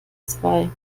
zwei